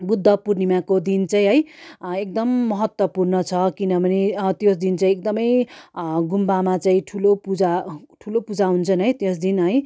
बुद्ध पुर्णिमाको दिन चाहिँ है एकदम महत्त्वपूर्ण छ किनभने त्यो दिन चाहिँ एकदमै गुम्बामा चाहिँ ठुलो पूजा ठुलो पूजा हुन्छन् है त्यस दिन है